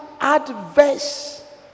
adverse